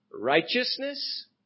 righteousness